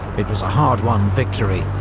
it was a hard-won victory,